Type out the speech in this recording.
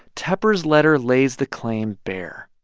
tepper's letter lays the claim bare